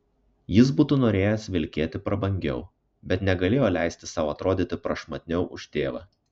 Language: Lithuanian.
jis būtų norėjęs vilkėti prabangiau bet negalėjo leisti sau atrodyti prašmatniau už tėvą